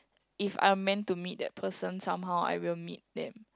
if I'm meant to meet that person somehow I will meet them